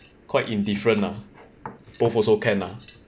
quite indifferent lah both also can lah